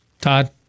todd